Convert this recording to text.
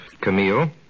Camille